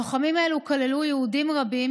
עם הלוחמים האלה נכללו יהודים רבים